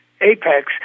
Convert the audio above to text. Apex